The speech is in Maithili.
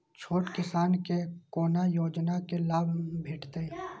छोट किसान के कोना योजना के लाभ भेटते?